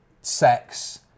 sex